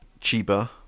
Chiba